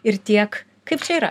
ir tiek kaip čia yra